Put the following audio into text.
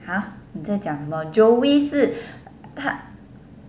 !huh! 你在讲什么 joey 是她